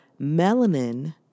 melanin